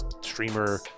streamer